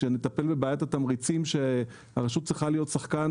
שנטפל בבעיית התמריצים שהרשות צריכה להיות שחקן